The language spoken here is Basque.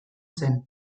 zen